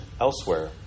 elsewhere